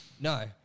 No